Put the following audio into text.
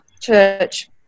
church